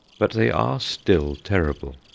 but they are still terrible.